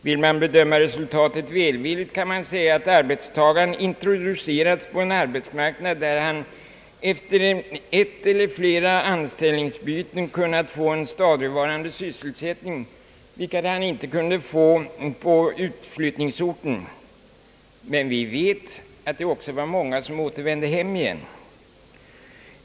Vill man bedöma resultatet välvilligt kan man säga att arbetstagaren introducerats på en arbetsmarknad, där han efter ett eller flera anställningsbyten kunnat få en stadigvarande sysselsättning, vilket han inte kunde få på utflyttningsorten. Men vi vet att många återvänt hem igen.